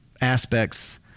aspects